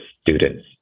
students